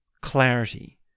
clarity